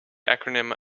acronym